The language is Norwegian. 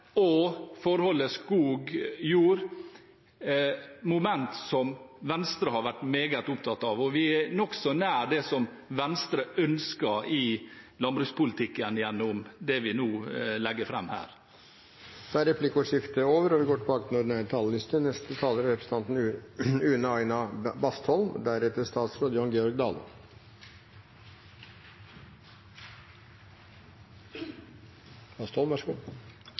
og forholdet mellom skog og jord er momenter som Venstre har vært meget opptatt av. Vi er nokså nær det Venstre ønsker i landbrukspolitikken gjennom det vi nå legger fram. Replikkordskiftet er over. Odel, priskontroll og konsesjoner har lenge sikret et variert familielandbruk i Norge. Priskontrollen har bidratt til